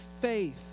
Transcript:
faith